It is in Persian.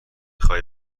خواهی